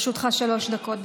לרשותך שלוש דקות.